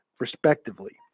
respectively